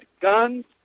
guns